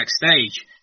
backstage